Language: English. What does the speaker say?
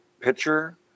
pitcher